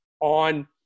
on